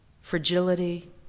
fragility